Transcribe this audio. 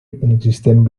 inexistent